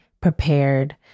prepared